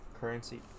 currency